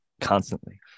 constantly